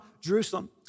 Jerusalem